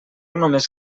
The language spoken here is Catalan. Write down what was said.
només